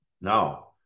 now